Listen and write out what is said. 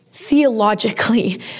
theologically